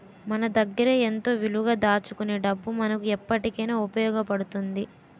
మన దగ్గరే ఎంతో విలువగా దాచుకునే డబ్బు మనకు ఎప్పటికైన ఉపయోగపడుతుంది